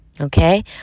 okay